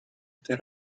этой